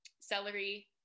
celery